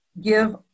give